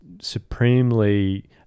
supremely